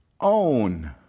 own